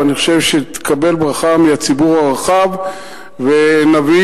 ואני חושב שתקבל ברכה מהציבור הרחב ונביא